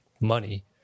money